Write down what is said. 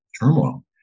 turmoil